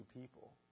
people